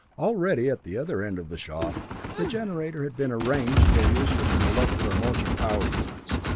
already at the other end of the shop the generator had been arranged for use with the molecular motion power units.